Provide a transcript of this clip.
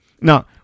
Now